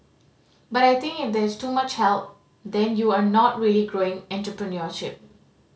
but I think if there's too much help then you are not really growing entrepreneurship